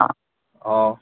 অঁ